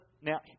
Now